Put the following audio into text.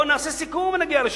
בואו נעשה סיכום ונגיע לשלום.